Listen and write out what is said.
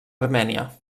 armènia